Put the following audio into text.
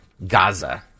gaza